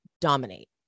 dominate